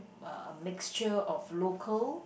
uh mixture of local